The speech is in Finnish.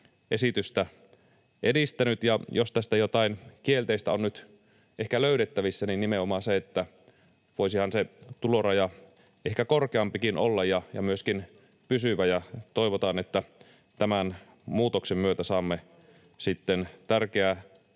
esitystä edistänyt. Jos tästä jotain kielteistä on nyt ehkä löydettävissä, niin nimenomaan se, että voisihan se tuloraja ehkä korkeampikin olla ja myöskin pysyvä. Toivotaan, että tämän muutoksen myötä saamme sitten